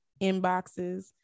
inboxes